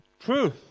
truth